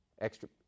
Extra